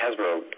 Hasbro